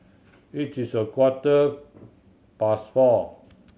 it is a quarter past four